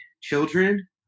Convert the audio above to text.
children